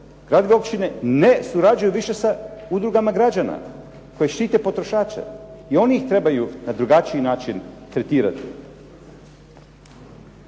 gradovi i općine ne surađuju više sa udrugama građana koje štite potrošače. I oni ih trebaju na drugačiji način tretirati.